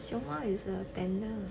熊猫 is a panda